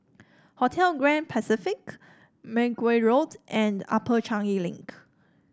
Hotel Grand Pacific Mergui Road and Upper Changi Link